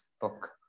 book